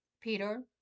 Peter